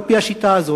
על-פי השיטה הזאת,